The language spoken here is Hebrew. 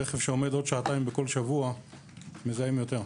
רכב שעומד עוד שעתיים בכל שבוע מזהם יותר.